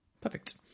Perfect